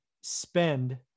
spend